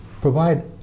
Provide